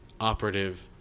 operative